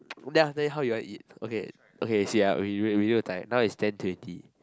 then after that how you want eat okay okay see ah we look we look at the time now is ten twenty